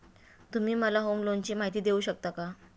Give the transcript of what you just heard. तुम्ही मला होम लोनची माहिती देऊ शकता का?